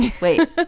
wait